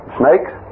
snakes